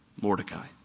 Mordecai